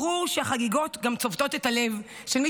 ברור שהחגיגות גם צובטות את הלב של מי